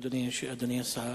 אדוני השר,